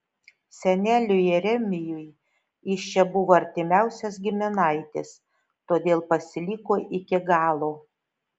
seneliui jeremijui jis čia buvo artimiausias giminaitis todėl pasiliko iki galo